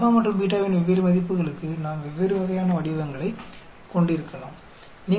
α மற்றும் β வின் வெவ்வேறு மதிப்புகளுக்கு நாம் வெவ்வேறு வகையான வடிவங்களைக் கொண்டிருக்கலாம்